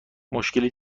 مشکلی